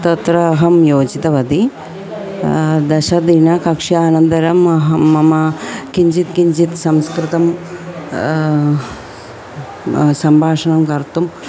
तत्र अहं योजितवती दशदिनकक्ष्यानन्तरम् अहं मम किञ्चित् किञ्चित् संस्कृतं सम्भाषणं कर्तुं